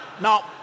Now